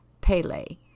Pele